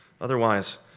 otherwise